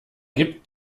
gibt